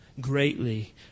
greatly